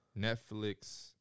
Netflix